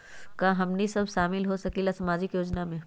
का हमनी साब शामिल होसकीला सामाजिक योजना मे?